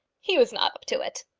he was not up to it.